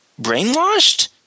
brainwashed